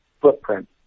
footprint